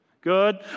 Good